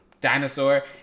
dinosaur